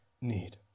need